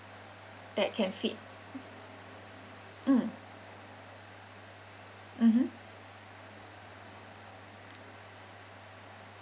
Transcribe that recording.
that can fit mm mmhmm